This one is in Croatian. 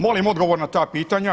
Molim odgovor na ta pitanja.